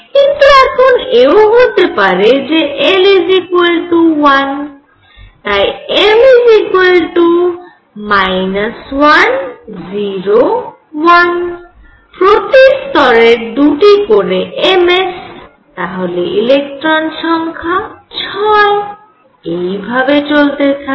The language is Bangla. কিন্তু এখন এও হতে পারে যে l 1 তাই m 1 0 1 প্রতি স্তরের দুটি করে ms তাহলে ইলেকট্রন সংখ্যা 6 এই ভাবে চলতে থাকে